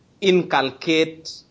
inculcate